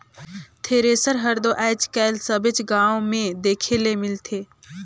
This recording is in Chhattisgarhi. थेरेसर हर दो आएज काएल सबेच गाँव मे देखे ले मिलथे